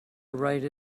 write